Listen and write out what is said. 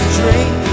drink